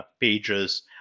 pages